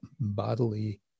bodily